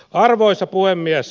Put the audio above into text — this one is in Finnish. arvoisa puhemies